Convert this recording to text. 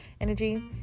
energy